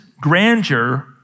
grandeur